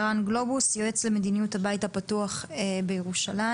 ערן גלובוס, יועץ למדיניות הבית הפתוח בירושלים.